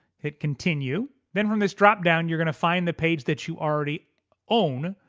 hit continue, then from this drop-down you're gonna find the page that you already own,